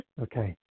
Okay